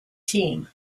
team